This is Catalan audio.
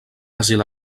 asil